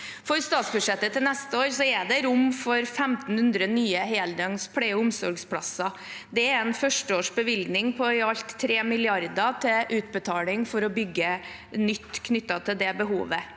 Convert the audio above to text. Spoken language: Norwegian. I statsbudsjettet for neste år er det rom for 1 500 nye heldøgns pleie- og omsorgsplasser. Det er en førsteårsbevilgning på i alt 3 mrd. kr til utbetaling for å bygge nytt knyttet til det behovet.